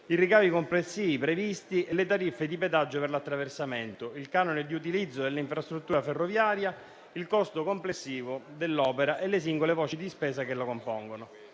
i ricavi complessivi previsti e le tariffe di pedaggio per l'attraversamento, il canone di utilizzo dell'infrastruttura ferroviaria, il costo complessivo dell'opera e le singole voci di spesa che lo compongono.